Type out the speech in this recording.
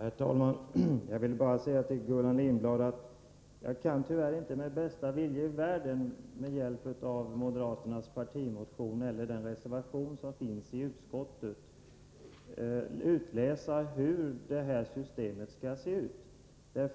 Herr talman! Jag vill bara säga till Gullan Lindblad att jag tyvärr inte med bästa vilja i världen med hjälp av moderaternas partimotion eller den reservation som finns i utskottsbetänkandet kan utläsa hur det här systemet skall se ut.